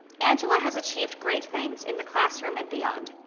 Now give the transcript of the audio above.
angela has achieved great things in the classroom and beyond,